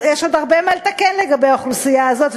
יש עוד הרבה מה לתקן לגבי האוכלוסייה הזאת,